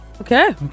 Okay